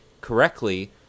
correctly